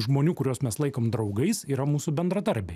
žmonių kuriuos mes laikom draugais yra mūsų bendradarbiai